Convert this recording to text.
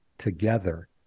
together